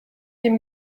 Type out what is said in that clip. dem